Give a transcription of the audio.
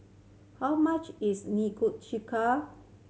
how much is